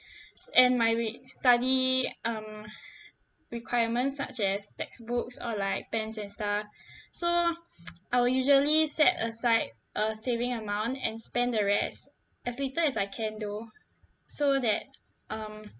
s~ and my re~ study um requirements such as textbooks or like pens and stuff so I will usually set aside a saving amount and spend the rest as little as I can though so that um